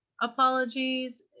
apologies